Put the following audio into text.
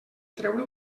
treure